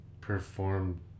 perform